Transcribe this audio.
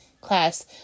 class